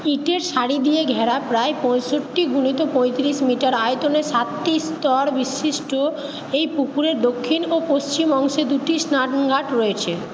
ইঁটের সারি দিয়ে ঘেরা প্রায় পঁয়ষট্টি গুণিত পঁয়ত্রিশ মিটার আয়তনের সাতটি স্তরবিশিষ্ট এই পুকুরের দক্ষিণ ও পশ্চিম অংশে দুটি স্নানঘাট রয়েছে